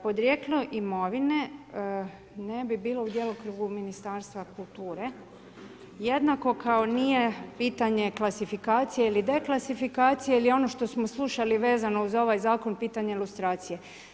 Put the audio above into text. Podrijetlo imovine ne bi bilo u djelokrugu ministarstva kulture, jednako kao nije pitanje klasifikacije ili deklasifikacije ili ono što smo slušali vezano uz ovaj zakon pitanje lustracije.